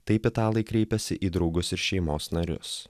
taip italai kreipiasi į draugus ir šeimos narius